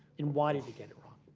and why did it get it wrong?